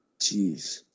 Jeez